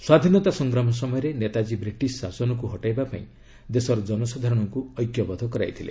ସ୍ୱାଧୀନତା ସଂଗ୍ରାମ ସମୟରେ ନେତାଜୀ ବ୍ରିଟିଶ୍ ଶାସନକୁ ହଟେଇବା ପାଇଁ ଦେଶର ଜନସାଧାରଣଙ୍କୁ ଐକ୍ୟବଦ୍ଧ କରାଇଥିଲେ